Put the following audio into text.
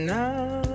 now